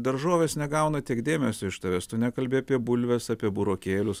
daržovės negauna tiek dėmesio iš tavęs tu nekalbi apie bulves apie burokėlius